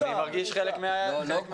אני מרגיש חלק מהאירוע,